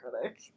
critic